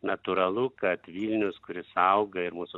natūralu kad vilnius kuris auga ir mūsų